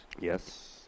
Yes